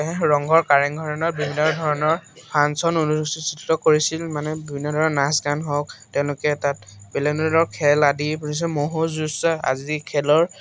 ৰংঘৰ কাৰেংঘৰত বিভিন্ন ধৰণৰ ফাংচন অনুষ্ঠিত কৰিছিল মানে বিভিন্ন ধৰণৰ নাচ গান হওক তেওঁলোকে তাত বেলেগধৰণৰ খেল আদি খেলৰ